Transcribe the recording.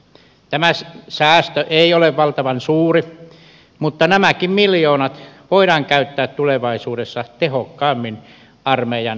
tämä säästö ei ole valtavan suuri mutta nämäkin miljoonat voidaan käyttää tulevaisuudessa tehokkaammin armeijan muihin tarpeisiin